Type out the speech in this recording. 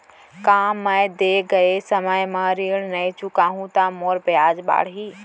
का मैं दे गए समय म ऋण नई चुकाहूँ त मोर ब्याज बाड़ही?